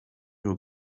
who